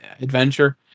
adventure